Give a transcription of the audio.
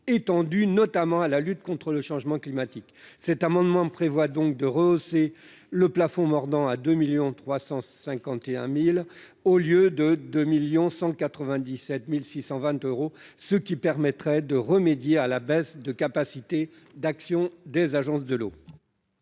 étendu, notamment à la lutte contre le changement climatique. Cet amendement vise à rehausser le plafond mordant à 2 351 000 euros, au lieu de 2 197 620 euros, ce qui permettrait de remédier à la baisse de capacité d'action des agences de l'eau.